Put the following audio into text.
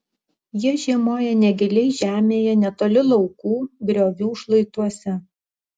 jie žiemoja negiliai žemėje netoli laukų griovių šlaituose